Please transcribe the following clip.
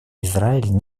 израиль